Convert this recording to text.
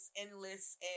endless